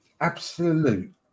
absolute